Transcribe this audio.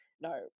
no